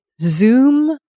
zoom